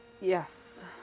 Yes